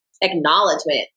acknowledgement